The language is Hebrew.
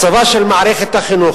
מצבה של מערכת החינוך,